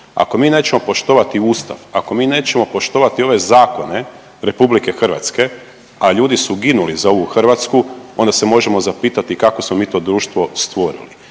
Ako mi nećemo poštovati ustav, ako mi nećemo poštovati ove zakone RH, a ljudi su ginuli za ovu Hrvatsku onda se možemo zapitati kakvo smo mi to društvo stvorili.